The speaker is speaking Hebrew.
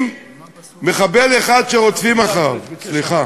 אם מחבל אחד שרודפים אחריו, סליחה,